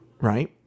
right